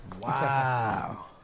Wow